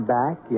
back